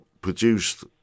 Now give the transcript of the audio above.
produced